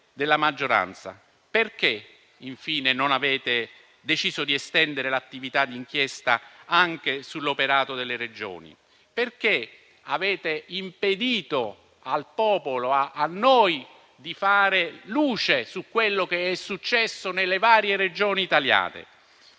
della maggioranza, perché non avete deciso di estendere l'attività di inchiesta anche all'operato delle Regioni? Perché avete impedito al popolo e a noi di fare luce su quello che è successo nelle varie Regioni italiane?